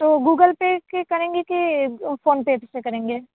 تو Google Pay سے کریں گے کہ فون پے سے کریں گے